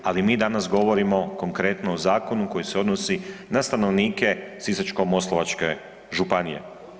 Ali mi danas govorimo konkretno o zakonu koji se odnosi na stanovnike Sisačko-moslavačke županije.